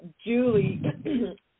Julie